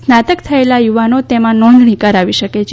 સ્નાતક થયેલા યુવાનો તેમાં નોંધણી કરાવી શકે છે